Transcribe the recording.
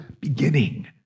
beginning